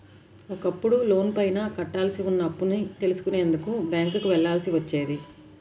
ఒకప్పుడు లోనుపైన కట్టాల్సి ఉన్న అప్పుని తెలుసుకునేందుకు బ్యేంకుకి వెళ్ళాల్సి వచ్చేది